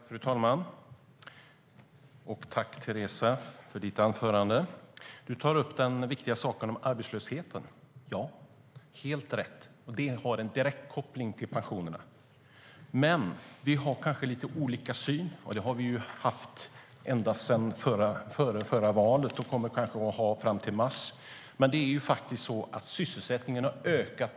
Fru talman! Tack, Teresa, för ditt anförande! Du tar upp den viktiga frågan om arbetslösheten. Ja, helt rätt, det har en direkt koppling till pensionerna. Vi har kanske lite olika syn, och det har vi haft ända sedan före förra valet och kommer kanske att ha fram till mars. Men det är faktiskt så att sysselsättningen har ökat.